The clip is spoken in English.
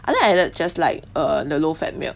I think I added just like err the low fat milk